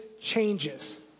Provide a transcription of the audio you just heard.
changes